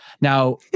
now